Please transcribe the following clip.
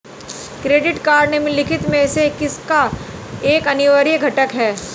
Credit card निम्नलिखित में से किसका एक अनिवार्य घटक है?